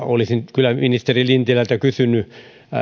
olisin kyllä ministeri lintilältä kysynyt